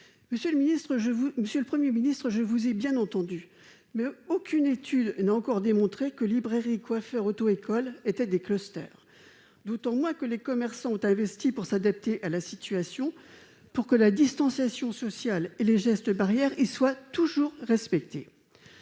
monsieur le Premier ministre, mais aucune étude n'a encore démontré que librairies, coiffeurs ou auto-écoles étaient des clusters, d'autant moins que les commerçants ont investi pour s'adapter à la situation, pour que la distanciation sociale et les gestes barrières y soient toujours respectés.